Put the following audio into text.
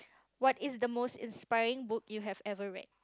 what is the most inspiring book you have ever read